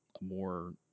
more